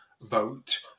vote